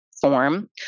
form